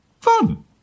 Fun